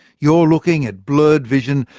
you're looking at blurred vision,